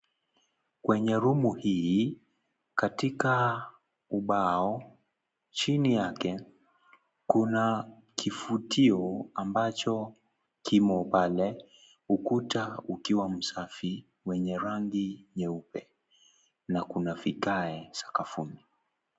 Kwenye rumu hii, katika ubao chini yake, kuna kifutio ambacho kimo pale, ukuta ukiwa msafi wenye rangi nyeupe, na kuna vigae sakafuni.